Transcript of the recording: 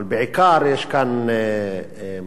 אבל בעיקר יש כאן מהלך